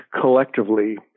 collectively